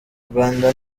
rwanda